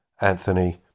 Anthony